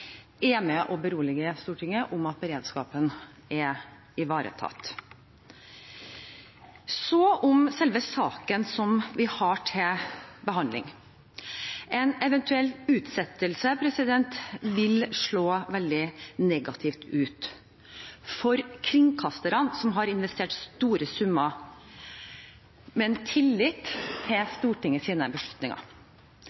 er med og beroliger Stortinget om at beredskapen er ivaretatt. Så om selve saken som vi har til behandling. En eventuell utsettelse vil slå veldig negativt ut for kringkasterne som har investert store summer i tillit til